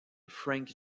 frank